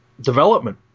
development